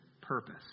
purpose